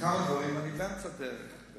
כמה דברים אני כבר אמצא דרך לעשות.